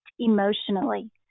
emotionally